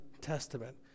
Testament